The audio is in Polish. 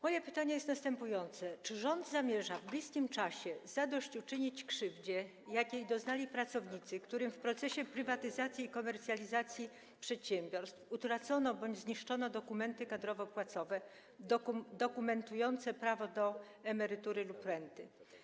Moje pytanie jest następujące: Czy rząd zamierza w bliskim czasie zadośćuczynić krzywdzie, jakiej doznali pracownicy, w przypadku których w procesie prywatyzacji i komercjalizacji przedsiębiorstw utracono bądź zniszczono dokumenty kadrowo-płacowe poświadczające ich prawo do emerytury lub renty?